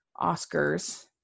oscars